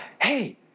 Hey